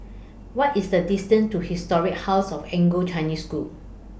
What IS The distance to Historic House of Anglo Chinese School